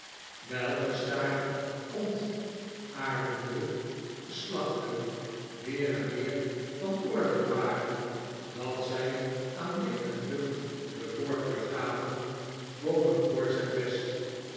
gestadigontaardende geslachten meer en meer van oordeel waren dat zy aan licht en lucht devoorkeur gaven boven koorts en pest